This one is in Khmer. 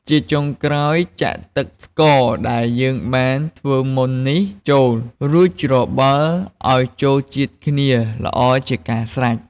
ជាចុងក្រោយ ចាក់ទឹកស្ករដែលយើងបានធ្វើមុននេះចូល រួចច្របល់ឱ្យចូលជាតិគ្នាល្អជាការស្រេច។